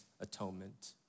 atonement